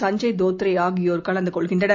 சஞ்சய் தோத்ரே ஆகியோர் கலந்து கொள்கின்றனர்